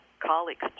colleagues